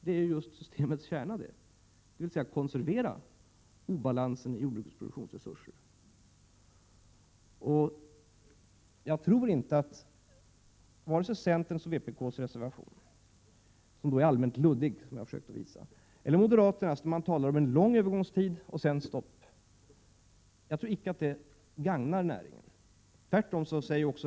Det är ju detta som är kärnan i systemet, dvs. att obalansen i jordbrukets produktionsresurser konserveras. Jag tror icke att näringen gagnas av förslagen vare sig i centerns och vpk:s reservation — som är allmänt luddig, vilket jag har försökt att visa — eller i moderaternas, där man talar om en lång övergångstid för att sedan sätta stopp.